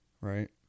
right